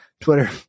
Twitter